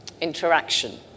interaction